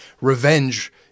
Revenge